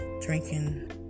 drinking